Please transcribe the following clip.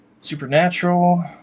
Supernatural